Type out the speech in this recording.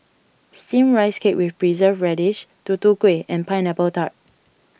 Steamed Rice Cake with Preserved Radish Tutu Kueh and Pineapple Tart